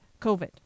COVID